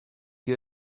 più